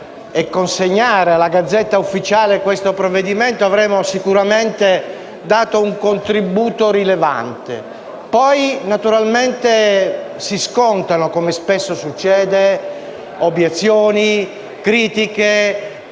e consegnare alla *Gazzetta Ufficiale* questo provvedimento, avremo sicuramente dato un contributo rilevante. Poi naturalmente si scontano, come spesso succede, obiezioni, critiche,